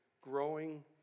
growing